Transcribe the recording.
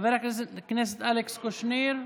חבר הכנסת אלכס קושניר,